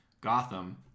Gotham